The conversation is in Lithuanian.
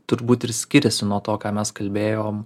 turbūt ir skiriasi nuo to ką mes kalbėjom